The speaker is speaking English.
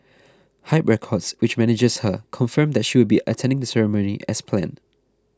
Hype Records which manages her confirmed that she would be attending the ceremony as planned